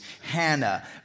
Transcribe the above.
Hannah